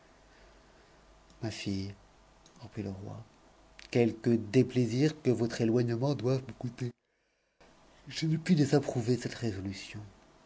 ma fille reprit le roi quelque dcptaisir que votre ëioignemcnt vc me conter je ne puis désapprouver cette résolution